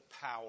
power